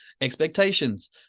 Expectations